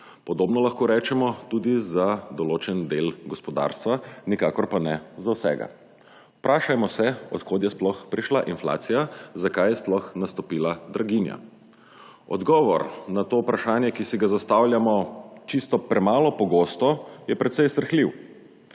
Podobno lahko rečemo tudi za določen del gospodarstva, nikakor pa ne za vsega. Vprašajmo se od kod je sploh prišla inflacija, zakaj je sploh nastopila draginja. Odgovor na to vprašanje, ki si ga zastavljamo čisto premalo pogosto je precej srhljiv.